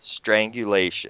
strangulation